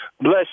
Bless